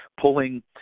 pulling